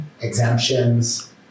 Exemptions